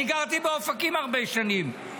אני גרתי באופקים הרבה שנים,